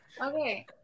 Okay